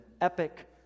epic